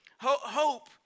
Hope